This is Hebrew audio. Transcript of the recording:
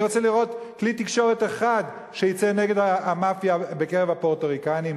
אני רוצה לראות כלי תקשורת אחד שיצא נגד המאפיה בקרב הפורטוריקנים,